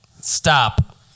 stop